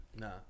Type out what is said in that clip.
no